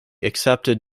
accepted